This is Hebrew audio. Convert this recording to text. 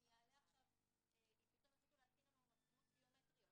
אם פתאום יחליטו להתקין מצלמות ביומטריות